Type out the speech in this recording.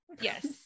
Yes